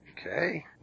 Okay